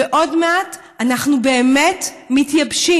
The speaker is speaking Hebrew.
ועוד מעט אנחנו באמת מתייבשים.